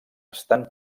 estan